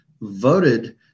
voted